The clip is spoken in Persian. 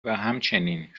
همچنین